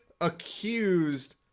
accused